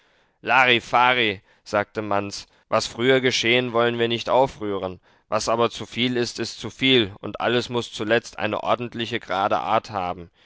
larifari sagte manz was früher geschehen wollen wir nicht aufrühren was aber zu viel ist ist zu viel und alles muß zuletzt eine ordentliche grade art haben